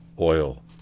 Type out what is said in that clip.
oil